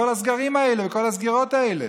לכל הסגרים האלה וכל הסגירות האלה.